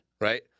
right